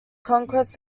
conquest